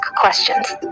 questions